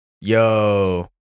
Yo